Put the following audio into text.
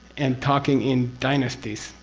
and talking in dynasties,